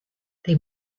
they